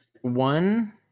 one